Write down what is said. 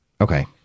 Okay